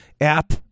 app